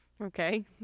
Okay